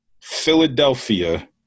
Philadelphia